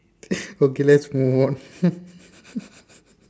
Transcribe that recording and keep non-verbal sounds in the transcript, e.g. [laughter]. [laughs] okay let's move on [laughs]